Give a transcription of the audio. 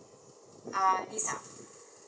err lisa